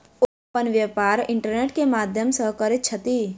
ओ अपन व्यापार इंटरनेट के माध्यम से करैत छथि